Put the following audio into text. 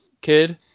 kid